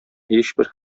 һичбер